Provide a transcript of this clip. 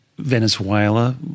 Venezuela